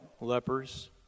lepers